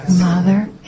mother